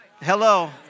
Hello